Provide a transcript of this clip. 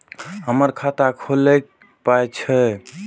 हमर खाता खौलैक पाय छै